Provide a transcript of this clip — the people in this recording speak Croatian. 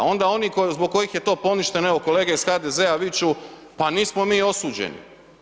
A onda oni zbog kojih je to poništeno, evo kolege iz HDZ-a viču pa nismo mi osuđeni.